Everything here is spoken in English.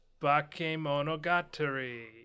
Bakemonogatari